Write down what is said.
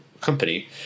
company